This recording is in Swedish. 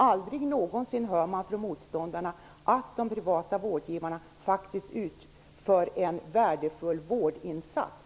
Aldrig någonsin hör man från motståndarna att de privata vårdgivarna faktiskt gör en värdefull vårdinsats.